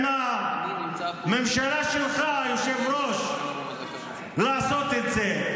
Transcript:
עם הממשלה שלך, היושב-ראש, לעשות את זה.